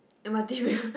M_R_T break